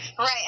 Right